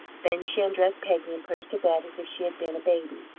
then she undressed peggy and put her to bed as if she had been a baby,